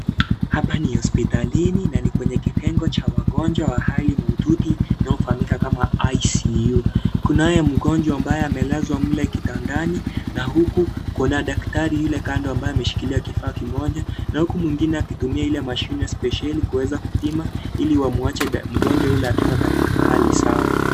Hapa ni hosipitalini, na ni kwenye kitengo cha wagonjwa wa hali mahututi, kinaofahamika kama, ICU .Kunaye mgonjwa ambaye amelezwa mle kitandani, na huku kuna daktari kule kando ambaye ameshikilia kifaa kimoja, na huku mwingine akitumia ile mashine sipesheli kupima ili wamwache mgonjwa yule akiwa kitika hali sawa.